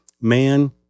man